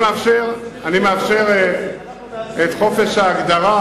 אני מאפשר את חופש ההגדרה.